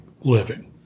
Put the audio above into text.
living